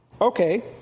Okay